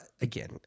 again